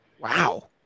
Wow